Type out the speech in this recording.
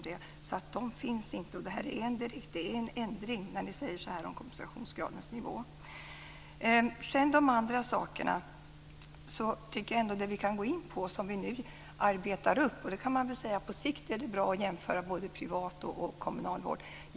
Det är en ändring av kompensationsgradens nivå. På sikt är det bra att jämföra privat och kommunal vård.